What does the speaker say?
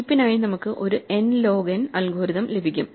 ഹീപ്പിനായി നമുക്ക് ഒരു n log n algorithm ലഭിക്കും